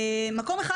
מקום אחד,